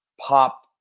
pop